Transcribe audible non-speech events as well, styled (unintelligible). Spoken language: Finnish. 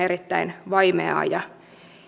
(unintelligible) erittäin vaimeaa ja